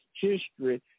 history